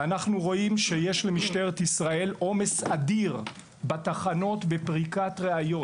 אנחנו רואים שיש למשטרת ישראל עומס אדיר בתחנות בפריקת ראיות.